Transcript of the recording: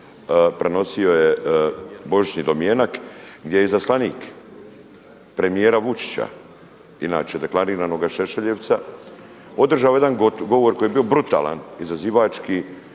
prenosio je božićni domjenak, gdje je izaslanik premijera Vučića, inače deklariranoga Šešeljevca održao jedan govor koji je bio brutalan, izazivački,